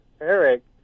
Eric